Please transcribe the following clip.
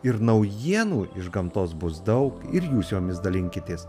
ir naujienų iš gamtos bus daug ir jūs jomis dalinkitės